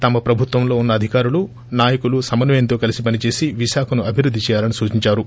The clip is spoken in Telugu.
తమ ప్రభుత్వంలో వున్న అధికారులు నాయకులు సమన్యయంతో కలిసి పనిచేసి విశాఖను అభివృద్ధి చేయాలని సూచిందారు